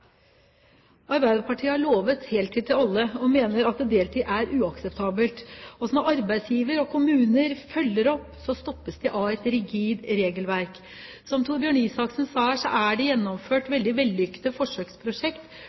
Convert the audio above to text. Arbeiderpartiet har lovet heltid til alle, og mener at deltid er uakseptabelt. Når arbeidsgivere og kommuner følger opp, så stoppes de av et rigid regelverk. Som Torbjørn Røe Isaksen sa her, er det gjennomført veldig vellykkede forsøksprosjekt